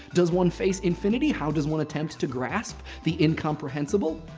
does one face infinity? how does one attempt to grasp the incomprehensible?